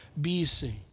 BC